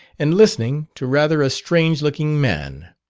and listening to rather a strange-looking man.